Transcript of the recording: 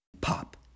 pop